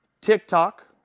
TikTok